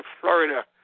Florida